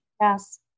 Yes